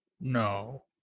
No